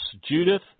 Judith